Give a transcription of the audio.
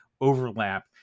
overlap